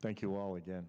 thank you al